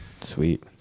Sweet